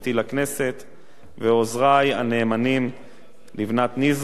עוזרי הנאמנים לבנת נזרי ודרור נאור,